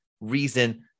reason